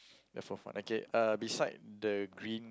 the fourth one okay uh beside the green